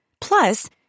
Plus